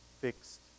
fixed